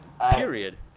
Period